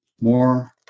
more